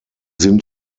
sind